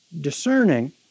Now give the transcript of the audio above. discerning